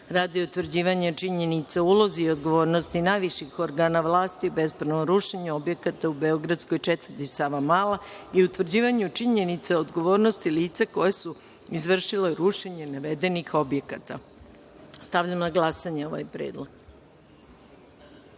radi utvrđivanja činjenica o ulozi i odgovornosti najviših organa vlasti, bespravnom rušenju objekata u beogradskoj četvrti Savamala i utvrđivanju činjenica o odgovornosti lica koja su izvršila rušenje navedenih objekata. Stavljam na glasanje ovaj